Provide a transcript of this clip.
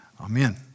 amen